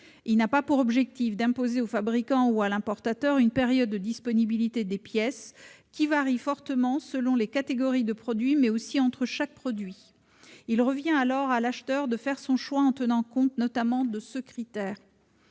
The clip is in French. de réparation, et non d'imposer au fabricant ou à l'importateur une période de disponibilité des pièces ; ce laps de temps varie non seulement selon les catégories de produits, mais aussi entre chaque produit. Il revient ainsi à l'acheteur de faire son choix en tenant compte, notamment, de ce critère.